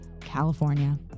California